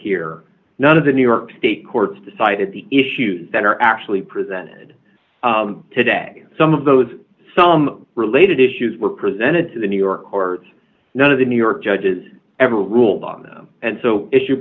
here none of the new york state courts decided the issues that are actually presented today some of those some related issues were presented to the new york courts none of the new york judges ever ruled on them and so issue